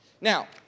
Now